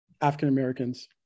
african-americans